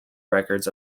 records